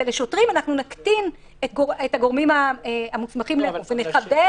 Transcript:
לשוטרים אנחנו נקטין את הגורמים המוסמכים לאכוף ונחבל באכיפה.